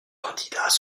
candidats